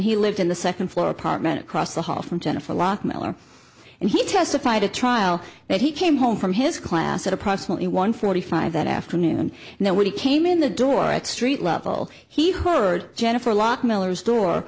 he lived in the second floor apartment across the hall from jennifer lock miller and he testified at trial that he came home from his class at approximately one forty five that afternoon and then when he came in the door at street level he heard jennifer lock miller's door